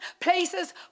places